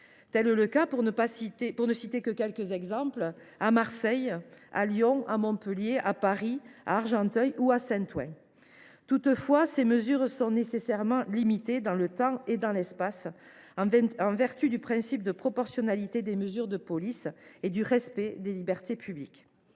Tel est le cas, pour ne citer que quelques exemples, à Marseille, à Lyon, à Montpellier, à Paris, à Argenteuil ou à Saint Ouen. Toutefois, ces mesures sont nécessairement limitées dans le temps et dans l’espace, en vertu du principe de proportionnalité des mesures de police et du respect des libertés publiques.